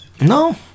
No